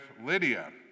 Lydia